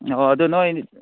ꯑꯣ ꯑꯗꯨ ꯅꯣꯏ